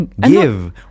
give